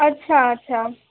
अच्छा अच्छा